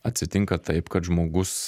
atsitinka taip kad žmogus